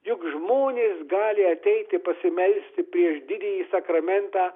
juk žmonės gali ateiti pasimelsti prieš didįjį sakramentą